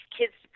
kids